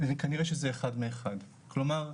כנראה שזה אחד מאחד, כלומר,